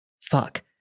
Fuck